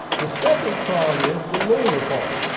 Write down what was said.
the second prong is the lawyer part.